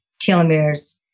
telomeres